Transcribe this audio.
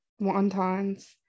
wontons